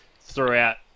throughout